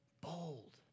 bold